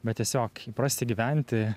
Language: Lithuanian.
bet tiesiog įprasti gyventi